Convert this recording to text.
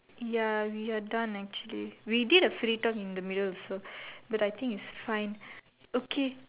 ya we're done actually we did a free talk in the middle also but I think it's fine okay